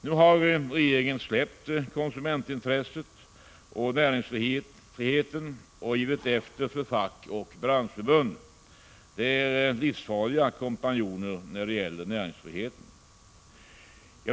Nu har regeringen släppt konsumentintresset och näringsfriheten och givit efter för fack och branschförbund, som är livsfarliga kompanjoner när det gäller näringsfriheten.